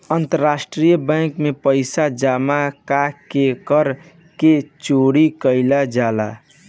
अंतरराष्ट्रीय बैंक में पइसा जामा क के कर के चोरी कईल जाला